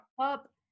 up